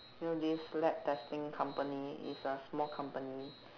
you know this lab testing company is a small company